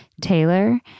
Taylor